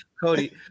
Cody